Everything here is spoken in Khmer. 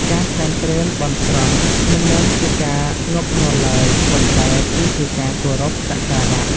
ការសែនព្រេនបន់ស្រន់ មិនមែនជាការងប់ងល់ឡើយ ប៉ុន្តែគឺជាការគោរពសក្ការៈ។